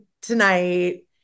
tonight